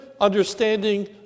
understanding